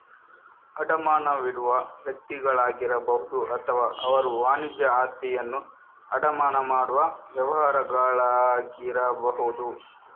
ಅಡಮಾನವಿಡುವ ವ್ಯಕ್ತಿಗಳಾಗಿರಬಹುದು ಅಥವಾ ಅವರು ವಾಣಿಜ್ಯ ಆಸ್ತಿಯನ್ನು ಅಡಮಾನ ಮಾಡುವ ವ್ಯವಹಾರಗಳಾಗಿರಬಹುದು